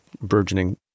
burgeoning